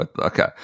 Okay